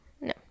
No